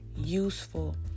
useful